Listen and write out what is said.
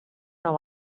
know